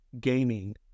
gaming